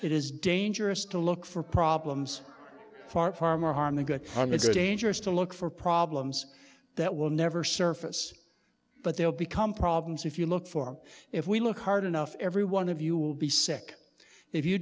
it is dangerous to look for problems far far more harm than good our lives are dangerous to look for problems that will never surface but they'll become problems if you look for if we look hard enough every one of you will be sick if you